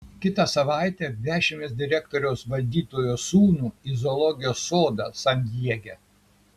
kitą savaitę vešimės direktoriaus valdytojo sūnų į zoologijos sodą san diege